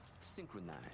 synchronize